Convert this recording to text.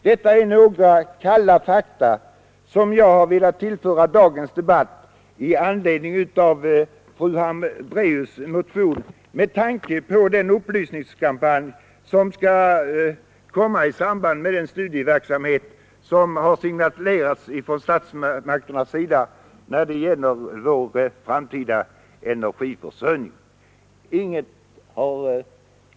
Detta är några kalla fakta som jag har velat tillföra dagens debatt i anledning av fru Hambraeus” motion med tanke på den upplysningskampanj som skall bedrivas i samband med den studieverksamhet statsmakterna signalerat när det gäller vår framtida energiförsörj ning.